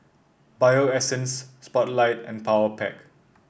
Bio Essence Spotlight and Powerpac